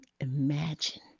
imagine